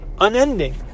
Unending